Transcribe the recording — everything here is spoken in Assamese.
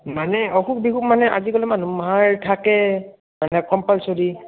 মানে অসুখ বিসুখ মানে আজিকালি মানুহমখাৰ থাকেই কম্পালচৰি